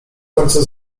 końcu